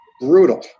brutal